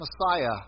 Messiah